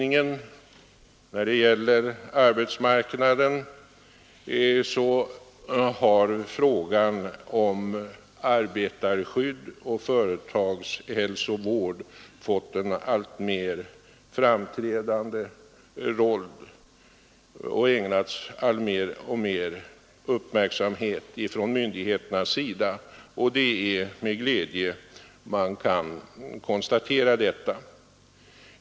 När det gäller arbetskraften har frågorna om arbetarskydd och företagshälsovård fått en alltmer framträdande roll och ägnats mer och mer uppmärksamhet från myndigheternas sida, och det är med glädje man kan konstatera detta.